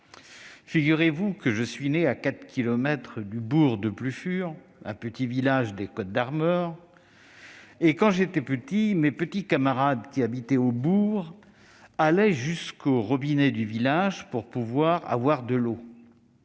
Figurez-vous que je suis né à quatre kilomètres du bourg de Plufur, un petit village des Côtes-d'Armor. Quand j'étais petit, mes petits camarades qui habitaient au bourg allaient jusqu'au robinet du village pour pouvoir avoir de l'eau.